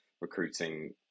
recruiting